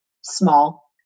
small